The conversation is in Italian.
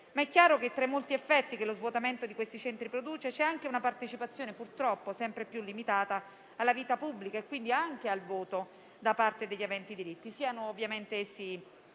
È chiaro, poi, che, tra i molti effetti che lo svuotamento di questi centri produce, c'è anche una partecipazione, purtroppo, sempre più limitata alla vita pubblica, quindi anche al voto da parte degli aventi diritti, siano essi